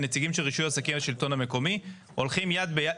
הנציגים של רישוי עסקים בשלטון המקומי הולכים יד ביד,